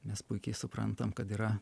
mes puikiai suprantam kad yra